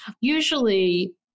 Usually